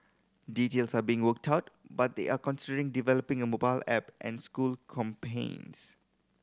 details are being worked out but they are considering developing a mobile app and school campaigns